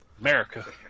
America